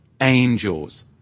angels